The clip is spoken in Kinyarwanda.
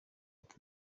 leta